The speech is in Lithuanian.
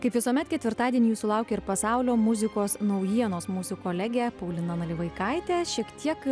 kaip visuomet ketvirtadienį sulaukė ir pasaulio muzikos naujienos mūsų kolegė paulina nalivaikaitė šiek tiek